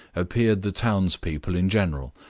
appeared the towns-people in general,